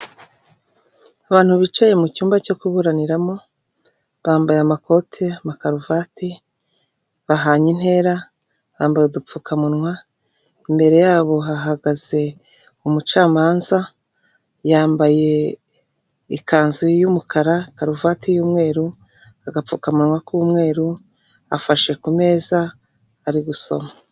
Abantu bicaye mu cyumba cyo kuburaniramo bambaye amakoti, amakaruvati, bahanye intera, bambaye udupfukamunwa, imbere yabo hahagaze umucamanza, yambaye ikanzu y'umukara karuvati y'umweru, agapfukamunwa k'umweru afashe ku meza ari gusoma.